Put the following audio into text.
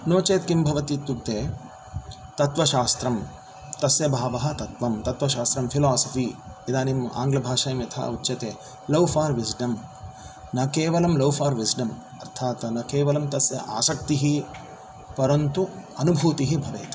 नो चेत् किं भवति इत्युक्ते तत्त्वशास्त्रं तस्य भावः तत्त्वं तत्त्वशास्त्रं फ़िलोसफ़ी इदानीम् आङ्ग्लभाषायां यथा उच्यते लव् फ़ार् विज्डम् न केवलं लव् फ़ार् विज्डम् अर्थात् न केवलं तस्य आसक्तिः परन्तु अनुभूतिः भवेत्